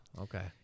Okay